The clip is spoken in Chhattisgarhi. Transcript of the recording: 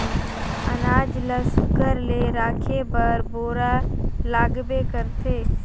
अनाज ल सुग्घर ले राखे बर बोरा लागबे करथे